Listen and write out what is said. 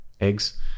eggs